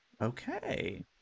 Okay